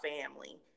family